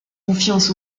confiance